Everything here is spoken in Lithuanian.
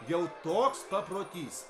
jau toks paprotys